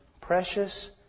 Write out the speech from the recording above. precious